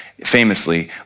Famously